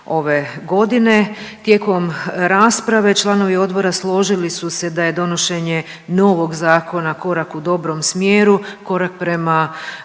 ove godine. Tijekom rasprave, članovi Odbora složili su se da je donošenje novog Zakona korak u dobrom smjeru, korak prema